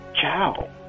Ciao